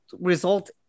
result